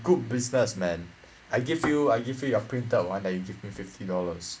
good business man I give you I give you your printed one then you give me fifty dollars